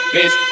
Miss